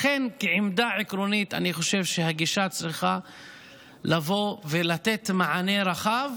לכן, כעמדה עקרונית הגישה צריכה לתת מענה רחב